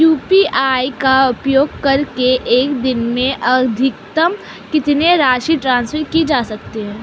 UPI का उपयोग करके एक दिन में अधिकतम कितनी राशि ट्रांसफर की जा सकती है?